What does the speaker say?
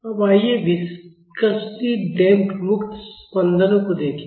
अब आइए viscously damped मुक्त स्पंदनों को देखें